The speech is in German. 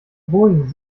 boeing